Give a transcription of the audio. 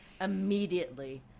immediately